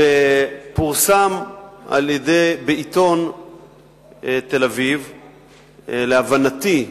ופורסם בעיתון "תל-אביב"; להבנתי,